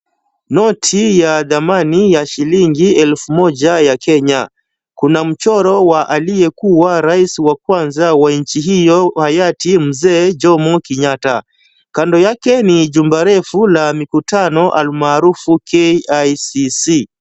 Noti ya thamani ya shilingi elfu moja ya Kenya. Kuna mchoro wa aliyekuwa rais wa kwanza wa nchi hiyo hayati mzee Jomo Kenyatta. Kando yake ni jumba refu la mikutano almaharufu KICC.